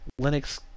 Linux